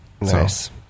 Nice